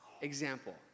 example